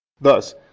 Thus